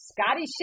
Scotty